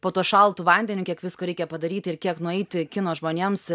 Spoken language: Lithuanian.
po to šaltu vandeniu kiek visko reikia padaryti ir kiek nueiti kino žmonėms